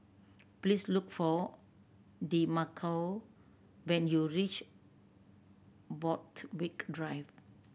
please look for Demarco when you reach Borthwick Drive